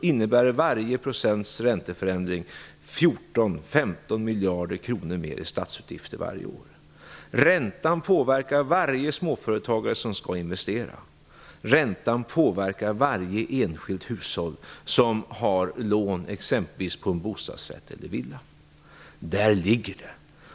innebär varje procents ränteförändring 14-15 miljarder kronor mer i statsutgifter varje år. Räntan påverkar varje småföretagare som skall investera. Räntan påverkar varje enskilt hushåll som har lån, exempelvis på en bostadsrätt eller en villa. Där ligger problemet.